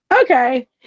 Okay